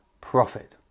profit